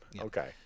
Okay